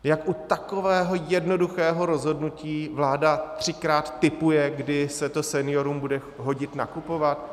Jak u takového jednoduchého rozhodnutí vláda třikrát tipuje, kdy se to seniorům bude hodit nakupovat.